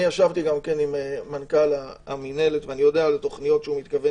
אני ישבתי גם עם מנכ"ל המנהלת ואני יודע על התוכניות שהוא מתכוון